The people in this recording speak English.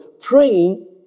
praying